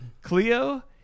Cleo